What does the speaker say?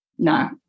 no